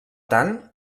tant